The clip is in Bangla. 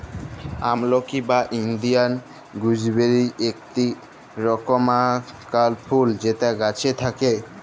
আমলকি বা ইন্ডিয়াল গুজবেরি ইকটি রকমকার ফুল যেটা গাছে থাক্যে